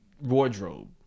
wardrobe